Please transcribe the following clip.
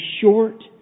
short